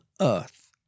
Earth